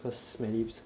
cause smelly